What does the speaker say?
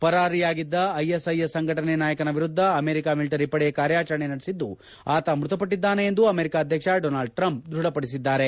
ಪರಾರಿಯಾಗಿದ್ದ ISIS ಸಂಘಟನೆ ನಾಯಕನ ವಿರುದ್ಧ ಅಮೆರಿಕ ಮಿಲಿಟರಿ ಪಡೆ ಕಾರ್ಯಾಚರಣೆ ನಡೆಸಿದ್ದು ಆತ ಮೃತಪಟ್ಟಿದ್ದಾನೆ ಎಂದು ಅಮೆರಿಕ ಅಧ್ಯಕ್ಷ ಡೋನಾಲ್ಡ್ ಟ್ರಂಪ್ ದೃಢಪಡಿಸಿದ್ದಾರೆ